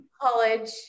college